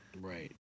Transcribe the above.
Right